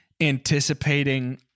anticipating